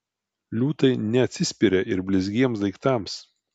liūtai neatsispiria ir blizgiems daiktams